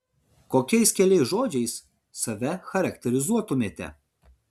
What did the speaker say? kokiais keliais žodžiais save charakterizuotumėte